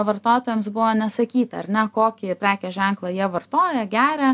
vartotojams buvo nesakyta ar ne kokį prekės ženklą jie vartoja geria